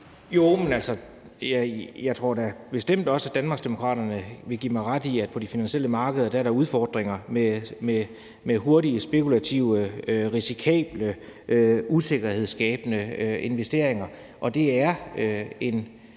altså, jeg tror da bestemt også, at Danmarksdemokraterne vil give mig ret i, at på de finansielle markeder er der udfordringer med hurtige, spekulative, risikable, usikkerhedsskabende investeringer,